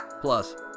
Plus